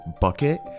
bucket